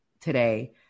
today